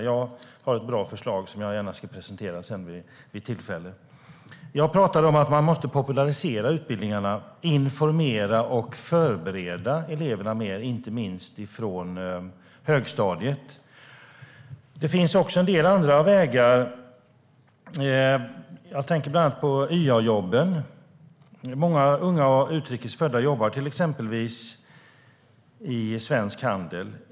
Jag har ett bra förslag som jag gärna ska presentera vid tillfälle. Jag pratade om att man måste popularisera utbildningarna och informera och förbereda eleverna mer, inte minst i högstadiet. Det finns också en del andra vägar. Jag tänker bland annat på YA-jobben. Många unga och utrikes födda jobbar exempelvis inom svensk handel.